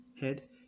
head